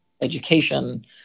education